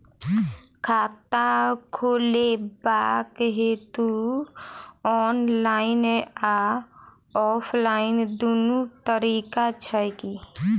खाता खोलेबाक हेतु ऑनलाइन आ ऑफलाइन दुनू तरीका छै की?